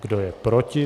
Kdo je proti?